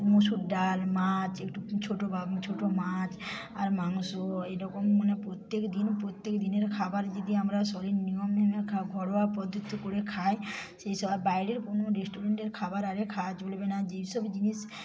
মুসুর ডাল মাছ একটু ছোটো বা ছোটো মাছ আর মাংস এইরকম মানে প্রত্যেকদিন প্রত্যেকদিনের খাবার যদি আমরা শরীর নিয়ম মেনে খাও ঘরোয়া পদ্ধতি করে খাই সেই সব বাইরের কোনও রেস্টুরেন্টের খাবার আরে খাওয়া চলবে না যেই সব জিনিস